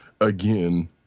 again